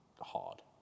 hard